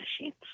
machines